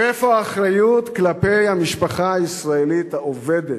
ואיפה האחריות כלפי המשפחה הישראלית העובדת,